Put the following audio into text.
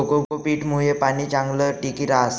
cocopeat मुये पाणी चांगलं टिकी रहास